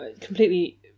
completely